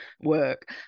work